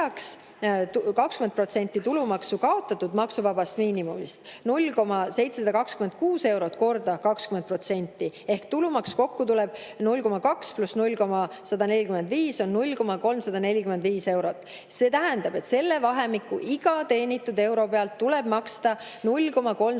20% tulumaksu kaotatud maksuvabast miinimumist: 0,726 eurot korrutatuna 20%‑ga. Ehk tulumaks kokku tuleb 0,2 pluss 0,145 eurot, see on 0,345 eurot. See tähendab, et selle vahemiku iga teenitud euro pealt tuleb maksta 0,345